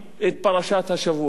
את פרשת השבוע.